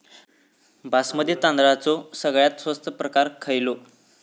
बासमती तांदळाचो सगळ्यात स्वस्त प्रकार खयलो?